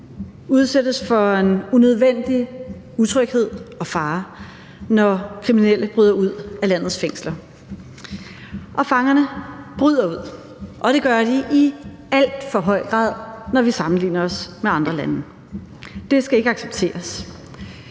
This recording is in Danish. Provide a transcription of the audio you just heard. udsættes for en unødvendig utryghed og fare, når kriminelle bryder ud af landets fængsler. Og fangerne bryder ud, og det gør de i alt for høj grad, når vi sammenligner os med andre lande. Det skal ikke accepteres.